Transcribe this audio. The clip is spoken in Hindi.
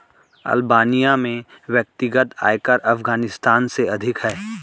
अल्बानिया में व्यक्तिगत आयकर अफ़ग़ानिस्तान से अधिक है